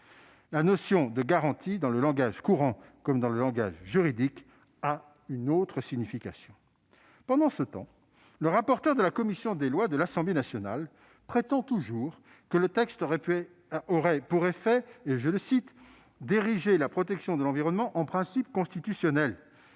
La notion de garantie, dans le langage courant comme dans le langage juridique, a une autre signification. Pendant ce temps, le rapporteur de la commission des lois de l'Assemblée nationale prétend toujours que le texte aurait pour effet « d'ériger la protection de l'environnement en principe constitutionnel »,